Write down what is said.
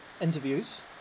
interviews